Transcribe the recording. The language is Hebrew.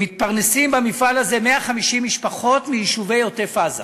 מתפרנסות מהמפעל הזה 150 משפחות מיישובי עוטף-עזה.